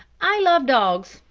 i love dogs.